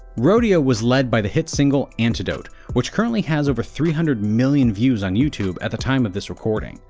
rodeo was led by the hit single antidote which currently has over three hundred million views on youtube at the time of this recording.